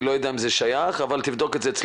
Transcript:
אני לא יודע אם זה שייך אבל תבדוק אצלך.